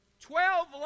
Twelve